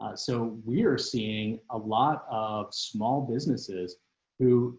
ah so we're seeing a lot of small businesses who